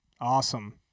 Awesome